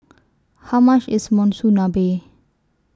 How much IS Monsunabe